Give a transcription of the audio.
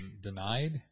denied